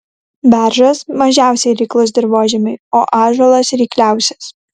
beržas mažiausiai reiklus dirvožemiui o ąžuolas reikliausias